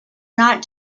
not